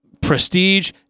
prestige